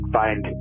find